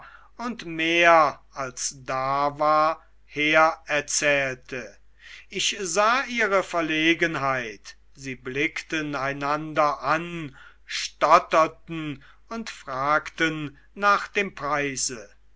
und mehr als da war hererzählte ich sah ihre verlegenheit sie blickten einander an stotterten und fragten nach dem preise